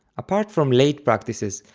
apart from late practices,